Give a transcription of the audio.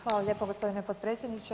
Hvala lijepo gospodine potpredsjedniče.